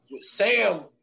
Sam